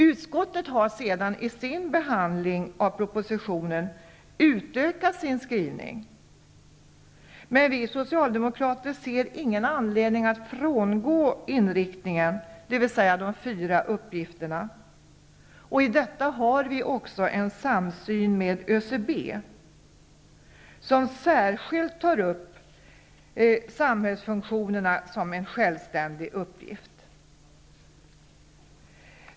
Utskottet har sedan vid sin behandling av propositionen utökat skrivningen, men vi Socialdemokrater ser ingen anledning att frångå den tidigare inriktningen, dvs. de fyra uppgifterna. I detta har vi också en samsyn med ÖCB, som särskilt tar upp samhällsfunktionerna som en självständig uppgift.